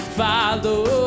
follow